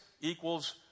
equals